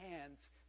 hands